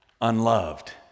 unloved